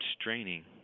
straining